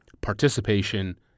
participation